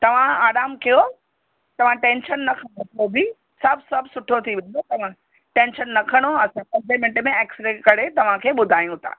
तव्हां आरामु कयो तव्हां टैंशन न खणो को बि सभु सभु सुठो थींदो न तव्हां टैंशन न खणो असां पंजे मिंट में ऐक्सरे करे तव्हां खे ॿुधायूं था